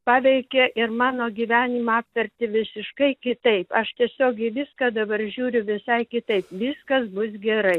paveikė ir mano gyvenimą apvertė visiškai kitaip aš tiesiog į viską dabar žiūriu visai kitaip viskas bus gerai